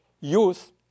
youth